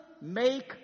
make